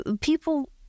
people